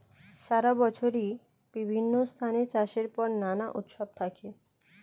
সারা বছরই বিভিন্ন স্থানে চাষের পর নানা উৎসব থাকে